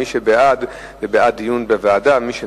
מי שבעד, הוא בעד דיון בוועדה, ומי שנגד,